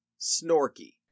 Snorky